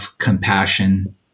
compassion